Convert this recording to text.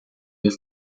del